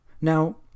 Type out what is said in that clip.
Now